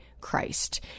Christ